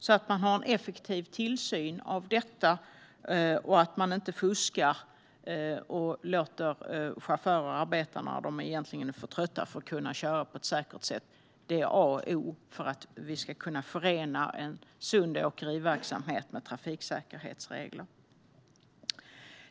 Man ska ha en effektiv tillsyn av detta så att ingen fuskar och låter chaufförer arbeta när de egentligen är för trötta för att kunna köra på ett säkert sätt. Det är A och O för att vi ska kunna förena en sund åkeriverksamhet med trafiksäkerhetsregler.